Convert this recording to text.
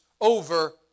over